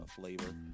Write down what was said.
flavor